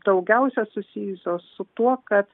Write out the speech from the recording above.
daugiausia susijusios su tuo kad